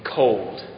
cold